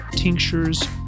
tinctures